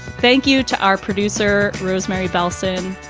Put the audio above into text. thank you to our producer, rosemary bellson,